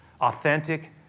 authentic